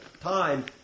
time